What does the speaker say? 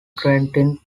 granting